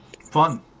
Fun